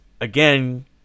again